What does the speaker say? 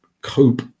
cope